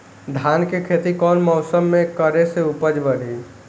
धान के खेती कौन मौसम में करे से उपज बढ़ी?